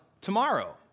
tomorrow